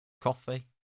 Coffee